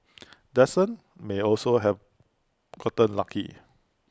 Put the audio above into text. may also have gotten lucky